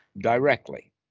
directly